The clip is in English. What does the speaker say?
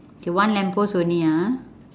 okay one lamppost only ah